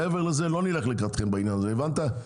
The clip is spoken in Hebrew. מעבר לזה לא נלך לקראתכם בעניין הזה, הבנת?